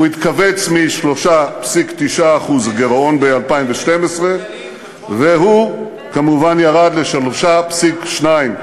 הוא התכווץ מ-3.9% גירעון ב-2012 והוא כמובן ירד ל-3.2%.